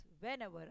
whenever